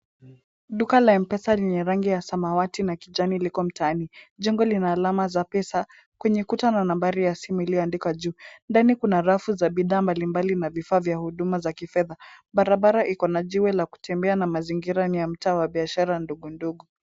Duka la M-pesa lenye rangi samawati na kijani liko mtaani. Jengo lina alama za pesa kwenye kuta na nambari ya simu iliyoandikwa juu. Kuna rafu mbalimbali na bidhaa za huduma za kifedha. Barabara iko na jiwe la kutembea na mazingira ni ya mtaa wa biashara ndogondogo.